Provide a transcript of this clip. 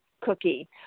cookie